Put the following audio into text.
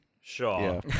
Sure